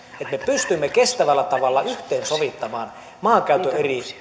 että me pystymme kestävällä tavalla yhteensovittamaan maankäytön